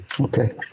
Okay